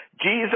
Jesus